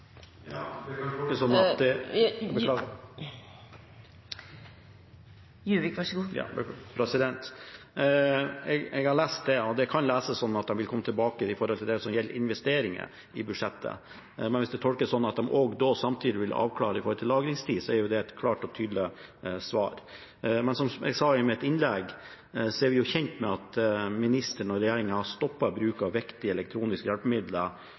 Jeg har lest det, og det kan tolkes sånn at en vil komme tilbake til det som gjelder investeringer i budsjettet. Men hvis det tolkes sånn at man samtidig vil avklare lagringstid, er jo det et klart og tydelig svar. Men som jeg sa i mitt innlegg, er vi kjent med at ministeren og regjeringen har stoppet bruken av viktige elektroniske hjelpemidler,